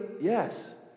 Yes